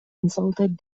insulted